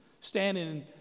standing